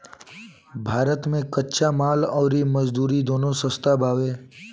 भारत मे कच्चा माल अउर मजदूरी दूनो सस्ता बावे